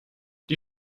die